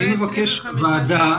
אני חושבת שלמדנו מהשטח,